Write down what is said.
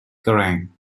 kerrang